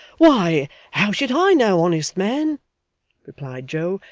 why, how should i know, honest man replied joe,